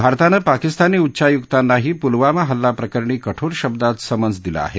भारतानं पाकिस्तानी उच्चायुक्तांनाही पुलवामा हल्ला प्रकरणी कठोर शब्दात समन्स दिला आहे